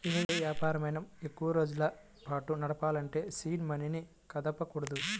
యే వ్యాపారమైనా ఎక్కువరోజుల పాటు నడపాలంటే సీడ్ మనీని కదపకూడదు